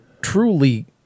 truly